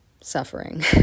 suffering